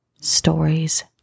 Stories